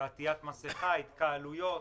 על עטיית מסכה והתקהלויות,